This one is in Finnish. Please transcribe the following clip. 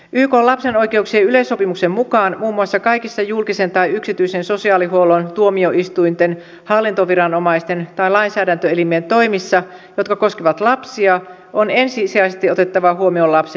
ykn lapsen oikeuksien yleissopimuksen mukaan muun muassa kaikissa julkisen tai yksityisen sosiaalihuollon tuomioistuinten hallintoviranomaisten tai lainsäädäntöelimien toimissa jotka koskevat lapsia on ensisijaisesti otettava huomioon lapsen etu